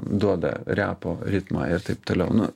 duoda repo ritmą ir taip toliau nu